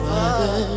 Father